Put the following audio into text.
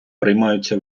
приймаються